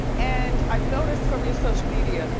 and i've noticed from your social media,